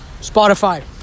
Spotify